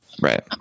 Right